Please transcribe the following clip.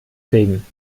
fegen